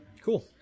Cool